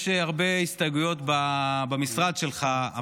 יש הרבה הסתייגויות במשרד שלך,